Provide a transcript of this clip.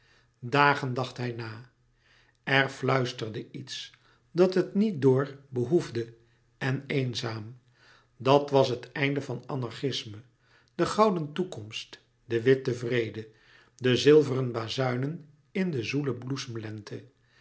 dagen dacht hij na er fluisterde iets dat het niet dor behoefde en eenzaam dat was het einde van anarchisme de gouden toekomst de witte vrede de zilveren bazuinen in de